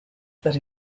that